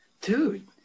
Dude